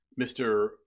Mr